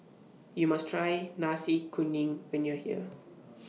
YOU must Try Nasi Kuning when YOU Are here